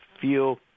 feel